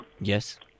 Yes